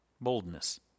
boldness